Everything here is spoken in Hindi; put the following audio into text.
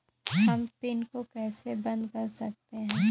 हम पिन को कैसे बंद कर सकते हैं?